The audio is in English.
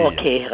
Okay